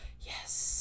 Yes